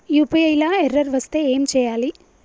UPI లా error వస్తే ఏం చేయాలి?